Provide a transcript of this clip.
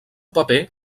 paper